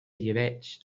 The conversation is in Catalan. llebeig